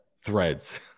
Threads